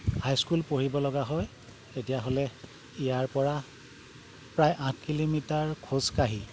high school পঢ়িব লগা হয় তেতিয়াহ'লে ইয়াৰপৰা প্ৰায় আঠ কিলোমিটাৰ খোজকাঢ়ি